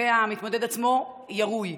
והמתמודד עצמו ירוי.